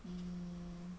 mmhmm